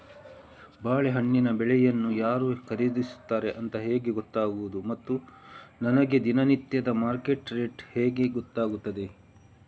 ಬಾಳೆಹಣ್ಣಿನ ಬೆಳೆಯನ್ನು ಯಾರು ಖರೀದಿಸುತ್ತಾರೆ ಅಂತ ಹೇಗೆ ಗೊತ್ತಾಗುವುದು ಮತ್ತು ನನಗೆ ದಿನನಿತ್ಯದ ಮಾರ್ಕೆಟ್ ರೇಟ್ ಹೇಗೆ ಗೊತ್ತಾಗುತ್ತದೆ?